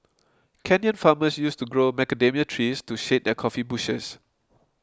Kenyan farmers used to grow macadamia trees to shade their coffee bushes